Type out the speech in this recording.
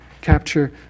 capture